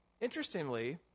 Interestingly